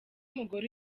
mugore